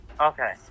Okay